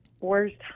Worst